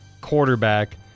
quarterback